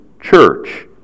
church